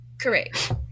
Correct